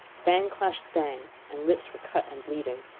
fang clashed fang, and lips were cut and bleeding,